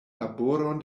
laboron